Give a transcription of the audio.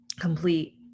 complete